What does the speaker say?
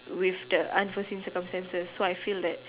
with the unforeseen circumstances so I fee like